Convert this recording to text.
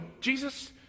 Jesus